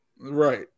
Right